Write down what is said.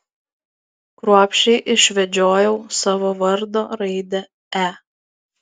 kruopščiai išvedžiojau savo vardo raidę e